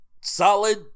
solid